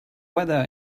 weather